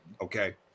Okay